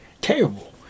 terrible